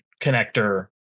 connector